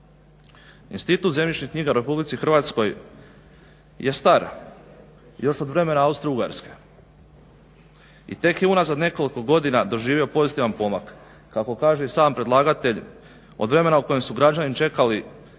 Institut zemljišnih knjiga u Republici Hrvatskoj je star još od vremena Austro-ugarske i tek je unazad nekoliko godina doživio pozitivan pomak kako kaže i sam predlagatelj od vremena u kojem su građani čekali